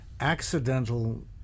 accidental